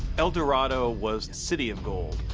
el dorado was the city of gold,